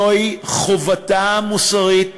זוהי חובתה המוסרית